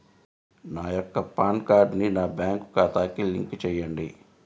నా యొక్క పాన్ కార్డ్ని నా బ్యాంక్ ఖాతాకి లింక్ చెయ్యండి?